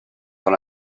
dans